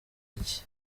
iki